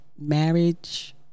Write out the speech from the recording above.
Marriage